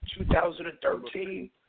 2013